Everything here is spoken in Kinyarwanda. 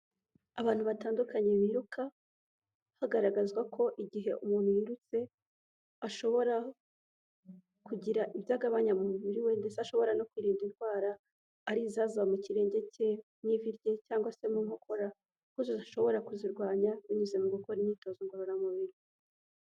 Abantu batandukanye biruka hagaragazwa ko igihe umuntu yirutse ashobora kugira ibyo agabanya mu mubiri we ndetse ashobora no kwirinda indwara ari izaza mu kirenge cye n'ivi rye cyangwa se mu nkokora kuko zidashobora kuzirwanya binyuze mu gukora imyitozo ngororamubiri.